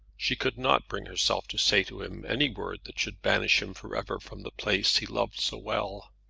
she could not bring herself to say to him any word that should banish him for ever from the place he loved so well.